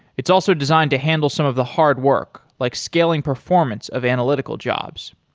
it's also designed to handle some of the hard work, like scaling performance of analytical jobs.